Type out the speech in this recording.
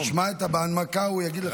לא, תשמע, בהנמקה הוא יגיד לך הכול.